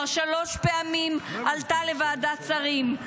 עלתה כבר שלוש פעמים לוועדת שרים,